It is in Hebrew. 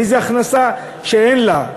מאיזו הכנסה שאין לה?